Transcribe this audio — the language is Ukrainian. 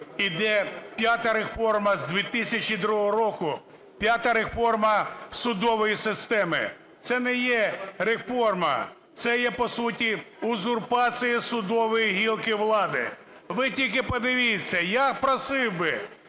йде п'ята реформа з 2002 року. П'ята реформа судової системи. Це не є реформа. Це є по суті узурпація судової гілки влади. Ви тільки подивіться, я просив би,